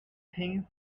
things